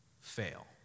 fail